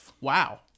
Wow